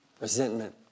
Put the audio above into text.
resentment